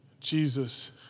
Jesus